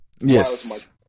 yes